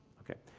okay.